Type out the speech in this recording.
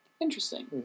Interesting